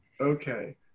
Okay